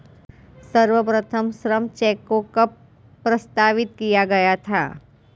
सर्वप्रथम श्रम चेक को कब प्रस्तावित किया गया था?